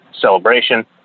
Celebration